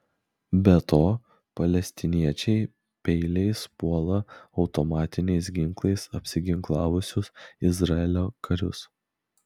be to palestiniečiai peiliais puola automatiniais ginklais apsiginklavusius izraelio karius